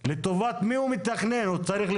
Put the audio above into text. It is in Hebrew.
ראינו כבר הלכה למעשה את האסון שקרה בקונטיקט.